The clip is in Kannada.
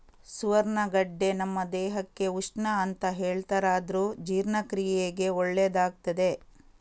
ಸುವರ್ಣಗಡ್ಡೆ ನಮ್ಮ ದೇಹಕ್ಕೆ ಉಷ್ಣ ಅಂತ ಹೇಳ್ತಾರಾದ್ರೂ ಜೀರ್ಣಕ್ರಿಯೆಗೆ ಒಳ್ಳೇದಾಗ್ತದೆ